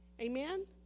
amen